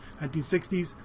1960s